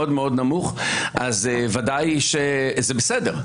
זה בסדר,